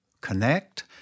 connect